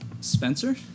Spencer